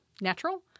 natural